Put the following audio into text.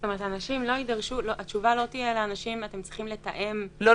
זאת אומרת שאנשים לא יצטרכו לתאם --- לא,